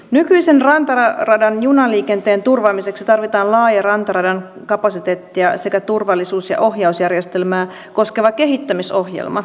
nykyisen rantaradan junaliikenteen turvaamiseksi tarvitaan laaja rantaradan kapasiteettia sekä turvallisuus ja ohjausjärjestelmää koskeva kehittämisohjelma